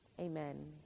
Amen